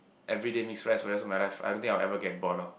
everyday mix rice for the rest of my life I don't think I will ever get bored lor